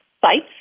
sites